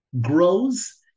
grows